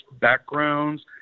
backgrounds